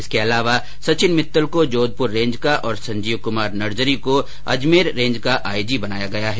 इसके अलावा सचिन मित्तल को जोधपुर रेंज का और संजीव कुमार नर्जरी को अजमेर रेंज का आईजी बनाया गया है